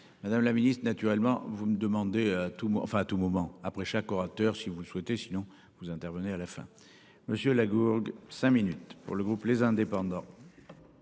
Madame la Ministre naturellement vous me demandez à tout enfin à tout moment après chaque orateur si vous souhaitez sinon vous intervenez à la fin. Monsieur Lagourgue 5 minutes pour le groupe les indépendants.